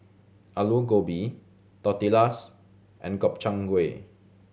Alu Gobi Tortillas and Gobchang Gui